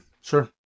Sure